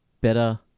better